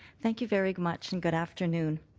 thank you very much and good afternoon.